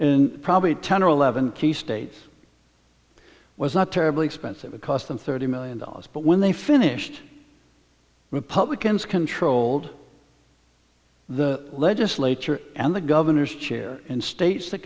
in probably ten or eleven key states was not terribly expensive it cost them thirty million dollars but when they finished republicans controlled the legislature and the governor's chair in states that